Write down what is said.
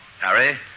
Harry